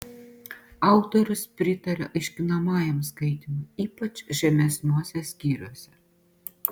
autorius pritaria aiškinamajam skaitymui ypač žemesniuose skyriuose